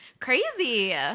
Crazy